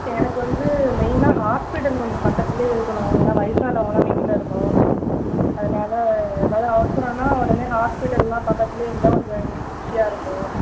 எனக்கு வந்து மெயினாக ஹாஸ்பிட்டல் கொஞ்சம் பக்கத்துலேயே இருக்கணும் ஏனால் வயசானவங்களாம் வீட்டில் இருக்கோம் அதனால ஏதாவுது அவசரோனா உடனே ஹாஸ்பிட்டெல்லாம் பக்கத்தில் இருந்தால் கொஞ்சம் எங்களுக்கு ஈஸியாக இருக்கும்